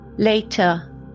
Later